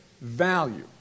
value